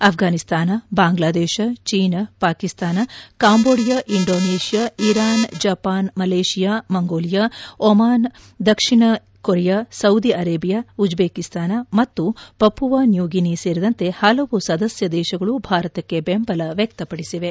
ಅಫ್ಟಾನಿಸ್ತಾನ ಬಾಂಗ್ಲಾದೇಶ ಚೀನಾ Pakistan Cambodia Indonesia Iran Japan Malaysia Mongolia Oman ದಕ್ಷಿಣ Korea Saudi Arabia Uzbekistan ಮತ್ತು Papua New Guinea ಸೇರಿದಂತೆ ಹಲವು ಸದಸ್ಯ ದೇಶಗಳು ಭಾರತಕ್ಕೆ ಬೆಂಬಲ ವ್ಯಕ್ತಪಡಿಸಿವೆ